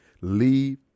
leave